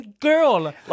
Girl